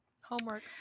homework